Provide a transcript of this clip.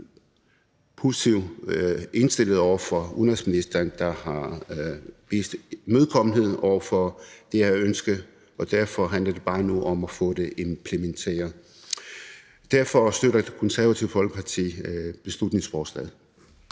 positivt indstillet over for udenrigsministeren, der har vist imødekommenhed over for det her ønske, og derfor handler det nu bare om at få det implementeret. Derfor støtter Det Konservative Folkeparti beslutningsforslaget.